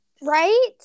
Right